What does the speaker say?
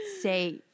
say